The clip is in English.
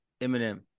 Eminem